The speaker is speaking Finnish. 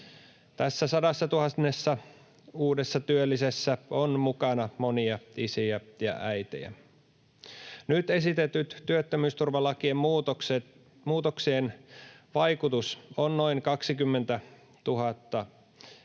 Tässä 100 000 uudessa työllisessä on mukana monia isiä ja äitejä. Nyt esitettyjen työttömyysturvalakien muutoksien vaikutus on noin 20 000 henkilön